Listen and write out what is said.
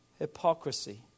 hypocrisy